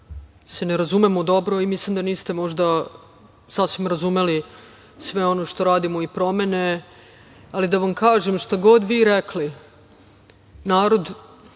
se ne razumemo dobro i mislim da niste možda sasvim razumeli sve ono što radimo, i promene, ali da vam kažem šta god vi rekli, narod